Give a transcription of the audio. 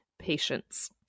patience